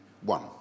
one